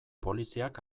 poliziak